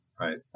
right